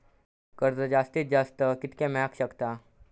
कर्ज जास्तीत जास्त कितक्या मेळाक शकता?